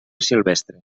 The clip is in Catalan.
silvestre